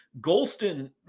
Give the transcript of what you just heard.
Golston